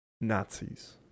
Nazis